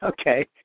Okay